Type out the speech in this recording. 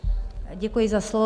Děkuji za slovo.